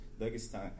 Dagestan